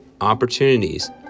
opportunities